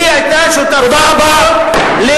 היא היתה שותפה, תודה רבה.